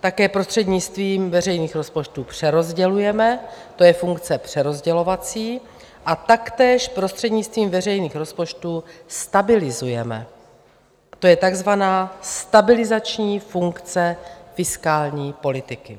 také prostřednictvím veřejných rozpočtů přerozdělujeme, to je funkce přerozdělovací, a taktéž prostřednictvím veřejných rozpočtů stabilizujeme, to je tak zvaná stabilizační funkce fiskální politiky.